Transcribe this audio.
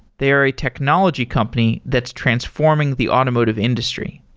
they're a technology company that's transforming the automotive industry.